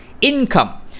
income